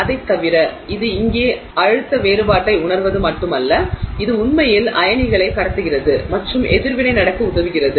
அதைத் தவிர இது இங்கே அழுத்த வேறுபாட்டை உணருவது மட்டுமல்ல இது உண்மையில் ஆக்ஸிஜன் அயனிகளை கடத்துகிறது மற்றும் எதிர்வினை நடக்க உதவுகிறது